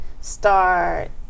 start